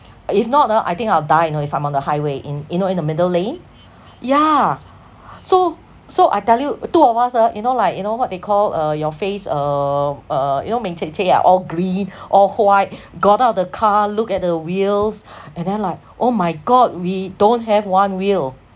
i~ if not uh I think I will die you know if I'm on the highway in you know in the middle lane yeah so so I tell you two of us ah you know like you know what they call uh your face um uh you know bin che che ah all green all white got out of the car looked at the wheels and then like oh my god we don't have one wheel